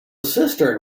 cistern